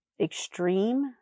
extreme